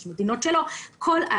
יש מדינות שלא וכן הלאה.